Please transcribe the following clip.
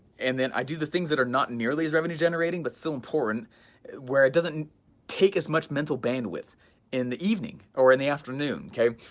and then i do the things that are not nearly as revenue generating but still important where it doesn't take as much mental bandwidth in the evening or in the afternoon okay,